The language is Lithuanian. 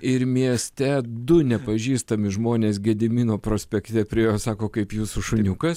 ir mieste du nepažįstami žmonės gedimino prospekte priėjo sako kaip jūsų šuniukas